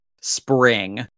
spring